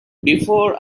before